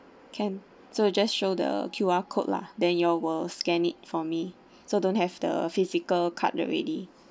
can so I just show the Q_R code lah then you all will scan it for me so don't have the physical card already